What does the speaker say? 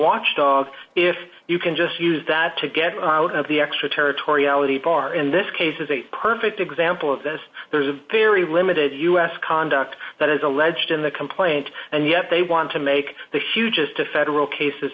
watchdog if you can just use that to get out of the extraterritoriality bar in this case is a perfect example of this there's a very limited u s conduct that is alleged in the complaint and yet they want to make the hugest a federal cases